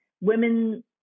Women